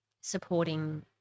supporting